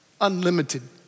unlimited